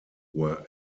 were